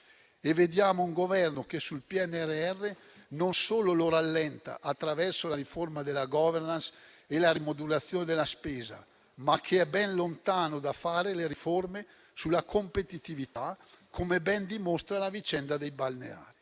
Vediamo un Governo che sul PNRR non solo rallenta attraverso la riforma della *governance* e la rimodulazione della spesa, ma che è ben lontano dal fare le riforme sulla competitività, come ben dimostra la vicenda dei balneari.